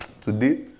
today